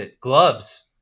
gloves